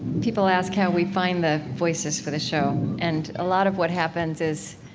people ask how we find the voices for the show and a lot of what happens is